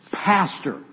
Pastor